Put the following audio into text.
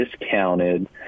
discounted